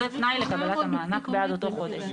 זה תנאי לקבלת המענק בעד אותו חודש.